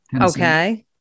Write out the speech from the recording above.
Okay